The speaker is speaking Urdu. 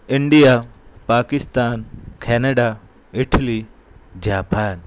India Pakistan Canada Italy Japan